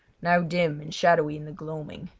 now dim and shadowy in the gloaming.